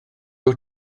wyt